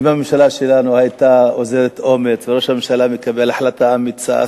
אם הממשלה שלנו היתה אוזרת אומץ וראש הממשלה מקבל החלטה אמיצה,